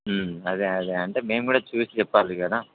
అదే అదే అంటే మేము కూడా చూసి చెప్పాలి కదా